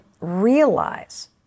realize